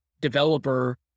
developer